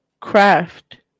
craft